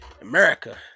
America